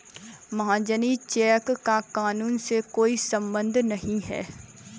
महाजनी चेक का कानून से कोई संबंध नहीं है